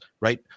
right